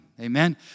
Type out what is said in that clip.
Amen